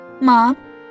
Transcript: Mom